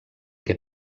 que